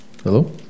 Hello